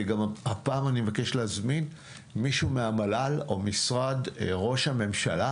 הפעם אני מבקש להזמין מישהו מהמל"ל או ממשרד ראש הממשלה.